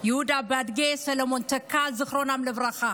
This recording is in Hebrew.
יהודה ביאדגה וסלומון טקה, זיכרונם לברכה.